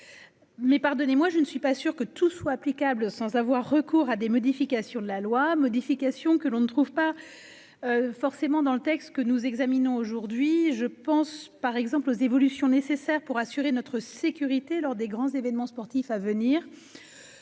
mais pardonnez-moi, je ne suis pas sûr que tout soit applicable sans avoir recours à des modifications de la loi modifications que l'on ne trouve pas forcément dans le texte que nous examinons, aujourd'hui, je pense par exemple aux évolutions nécessaires pour assurer notre sécurité lors des grands événements sportifs à venir